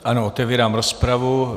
Ano, otevírám rozpravu.